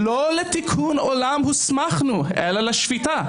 לא לתיקון עולם הוסמכנו, אלא לשפיטה.